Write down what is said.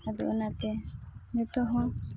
ᱟᱫᱚ ᱚᱱᱟᱛᱮ ᱱᱤᱛᱳᱜ ᱦᱚᱸ